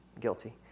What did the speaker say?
guilty